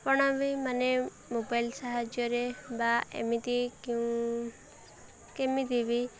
ଆପଣ ବି ମାନେ ମୋବାଇଲ୍ ସାହାଯ୍ୟରେ ବା ଏମିତି କେମିତି ବି